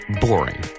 boring